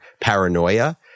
paranoia